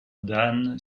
dan